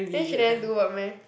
then she never do work meh